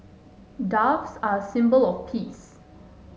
doves are a symbol of peace